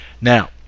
now